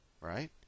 right